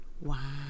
Wow